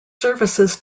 services